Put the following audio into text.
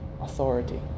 authority